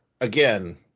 Again